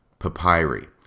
Papyri